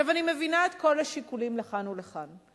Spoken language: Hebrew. אני מבינה את כל השיקולים לכאן ולכאן,